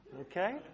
okay